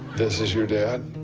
this is your dad?